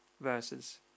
verses